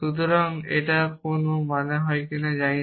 সুতরাং এটা কোন মানে হয় না জানি